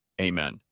Amen